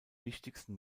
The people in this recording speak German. wichtigsten